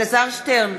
אלעזר שטרן,